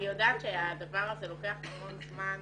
אני יודעת שהדבר הזה לוקח המון זמן,